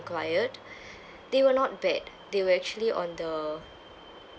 enquired they were not bad they were actually on the